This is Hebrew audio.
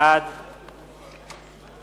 בעד